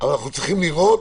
אנחנו צריכים לראות